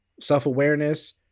self-awareness